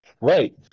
right